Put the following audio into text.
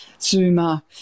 Zuma